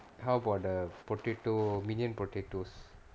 how about the potato minion potatoes